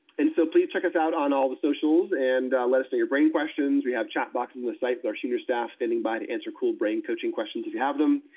and so, please check us out on all the socials, and let us know your brain questions. we have chat boxes on the site, with our senior staff standing by, to answer cool brain-coaching questions if you have them.